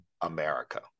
America